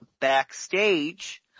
backstage